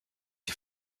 die